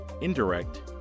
indirect